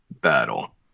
battle